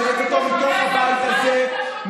לשרת אותו מתוך הבית הזה,